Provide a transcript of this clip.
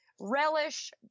relish